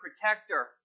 protector